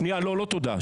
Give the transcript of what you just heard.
שנייה, לא תודה.